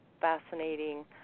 fascinating